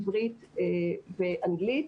עברית ואנגלית.